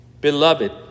Beloved